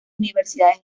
universidades